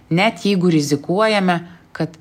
net jeigu rizikuojame kad